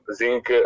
zinc